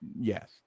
yes